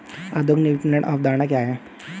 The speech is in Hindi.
आधुनिक विपणन अवधारणा क्या है?